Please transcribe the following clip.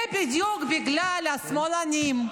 זה בדיוק בגלל השמאלנים,